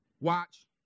Watch